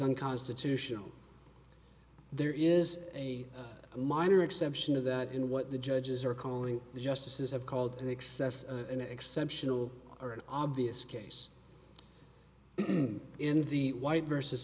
unconstitutional there is a minor exception to that in what the judges are calling the justices have called in excess of an exceptional or an obvious case in the white versus